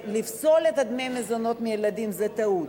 לשלול את דמי המזונות מהילדים זה טעות.